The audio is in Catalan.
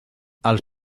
els